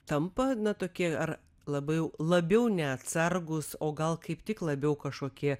tampa na tokie ar labai labiau neatsargūs o gal kaip tik labiau kažkokie